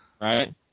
Right